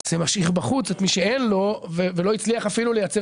זה משאיר בחוץ את מי שאין לו ולא הצליח אפילו לייצר